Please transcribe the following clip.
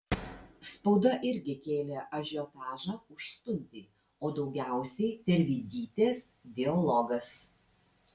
spauda irgi kėlė ažiotažą už stundį o daugiausiai tervidytės dialogas